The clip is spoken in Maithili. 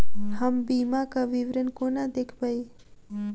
हम बीमाक विवरण कोना देखबै?